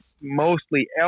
mostly